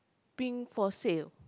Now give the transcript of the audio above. pin for sale